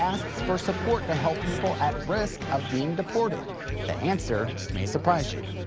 asks for support to help people at risk of being deported the answer may surprise you.